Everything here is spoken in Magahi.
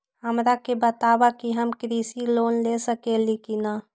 हमरा के बताव कि हम कृषि लोन ले सकेली की न?